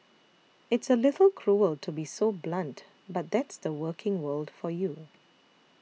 it's a little cruel to be so blunt but that's the working world for you